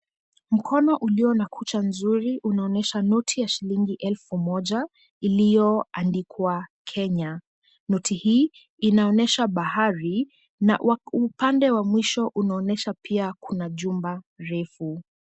Mkono ulio na kucha nzuri unaonyesha noti ya shilingi elfu moja iliyoandikwa Kenya. Noti hii inaonyesha bahari na upande wa mwisho unaonyesha pia kuna jumba refu.